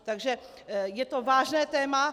Takže je to vážné téma.